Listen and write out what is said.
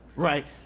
right.